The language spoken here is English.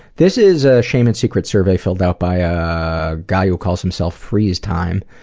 this is a shame and secrets survey filled out by a guy who calls himself freeze time.